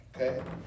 Okay